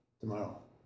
tomorrow